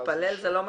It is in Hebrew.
להתפלל זה לא מספיק,